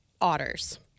Otters